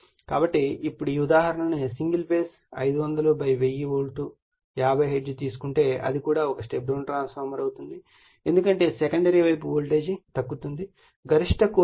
కాబట్టి ఇప్పుడు ఈ ఉదాహరణను సింగిల్ ఫేజ్ 5001000 వోల్ట్ 50 హెర్ట్జ్ తీసుకుంటే అది కూడా ఒక స్టెప్ డౌన్ ట్రాన్స్ఫార్మర్ అవుతుంది ఎందుకంటే సెకండరీ వైపు వోల్టేజ్ తగ్గుతోంది గరిష్ట కోర్ ఫ్లక్స్ సాంద్రత 1